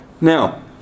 Now